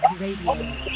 radio